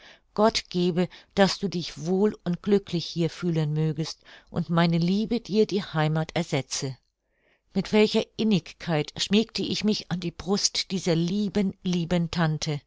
gott gebe daß du dich wohl und glücklich hier fühlen mögest und meine liebe dir die heimath ersetze mit welcher innigkeit schmiegte ich mich an die brust dieser lieben lieben tante